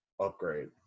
upgrade